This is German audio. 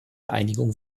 einigung